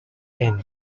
inn